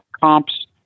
comps